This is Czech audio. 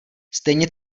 stejně